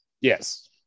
Yes